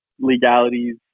legalities